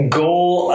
goal